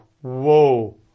whoa